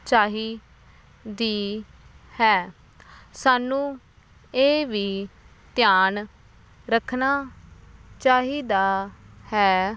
ਚਾਹੀਦੀ ਹੈ ਸਾਨੂੰ ਇਹ ਵੀ ਧਿਆਨ ਰੱਖਣਾ ਚਾਹੀਦਾ ਹੈ